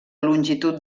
longitud